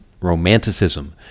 Romanticism